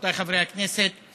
חבריי חברות וחברי הכנסת,